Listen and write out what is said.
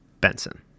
Benson